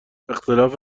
اختلاف